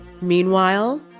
Meanwhile